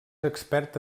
expert